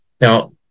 Now